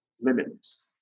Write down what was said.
limitless